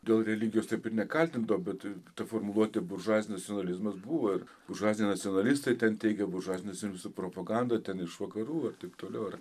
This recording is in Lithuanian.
dėl religijos taip ir nekaltindavo bet ta formuluotė buržuazinis nacionalizmas buvo ir buržuaziniai nacionalistai ten teigė buržuazinių nacionalistų propaganda ten iš vakarų ir taip toliau ir